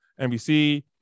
NBC